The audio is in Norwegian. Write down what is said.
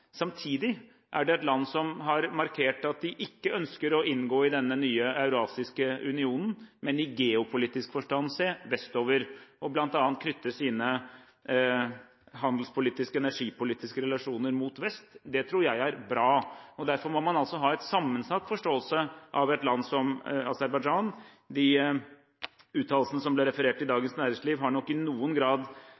Samtidig er det et land som har markert at de ikke ønsker å inngå i denne nye eurasiske unionen, men i geopolitisk forstand se vestover og bl.a. knytte sine handelspolitiske og energipolitiske relasjoner mot vest. Det tror jeg er bra. Derfor må man altså ha en sammensatt forståelse av et land som Aserbajdsjan. De uttalelsene som ble referert i